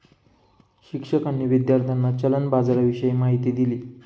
शिक्षकांनी विद्यार्थ्यांना चलन बाजाराविषयी माहिती दिली